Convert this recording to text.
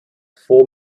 four